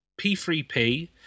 P3P